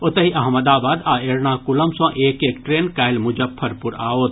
ओतहि अहमदाबाद आ एर्नाकुलम सॅ एक एक ट्रेन काल्हि मुजफ्फरपुर आओत